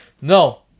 no